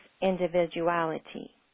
individuality